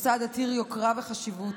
מוסד עתיר יוקרה וחשיבות,